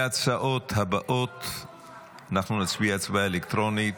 על שתי ההצעות הבאות אנחנו נצביע הצבעה אלקטרונית.